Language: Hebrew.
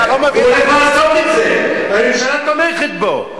הוא הולך לעשות את זה והממשלה תומכת בו,